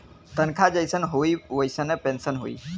तनखा जइसन होई वइसने पेन्सन होई